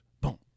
Boom